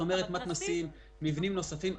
כמו מתנ"סים, כמו מבנים נוספים.